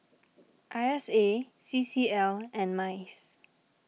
I S A C C L and Mice